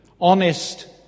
honest